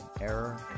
error